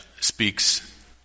speaks